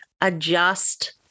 adjust